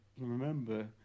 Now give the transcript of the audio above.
remember